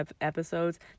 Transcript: episodes